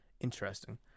Interesting